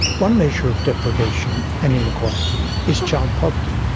one measure of deprivation and inequality is child poverty.